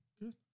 Good